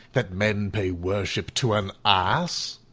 that men pay worship to an ass?